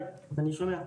שומע.